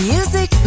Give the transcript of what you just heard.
Music